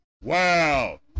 Wow